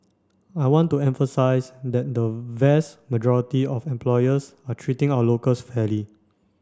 I want to emphasise that the vast majority of employers are treating our locals fairly